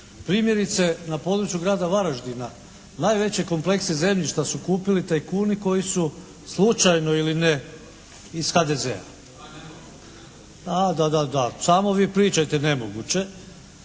Primjerice, na području Grada Varaždina najveći komplekse zemljišta su kupili tajkuni koji su slučajno ili ne iz HDZ-a. A da, da, da. Samo vi pričajte nemoguće,